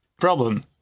problem